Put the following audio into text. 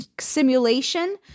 simulation